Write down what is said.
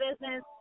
business